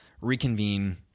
Reconvene